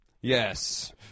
Yes